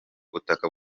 butaka